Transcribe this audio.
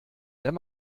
wenn